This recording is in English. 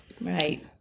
Right